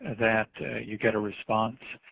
that you get a response.